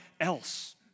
else